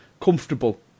comfortable